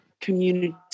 community